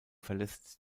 verlässt